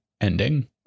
ending